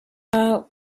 where